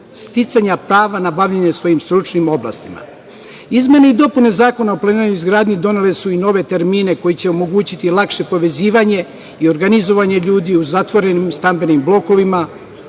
sticanja prava na bavljenje svojim stručnim oblastima. Izmene i dopune Zakona o planiranju i izgradnji donele su i nove termine koji će omogućiti lakše povezivanje i organizovanje ljudi u zatvorenim stambenim blokovima